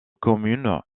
communes